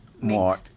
More